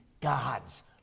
God's